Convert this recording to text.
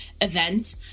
event